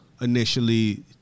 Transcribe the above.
initially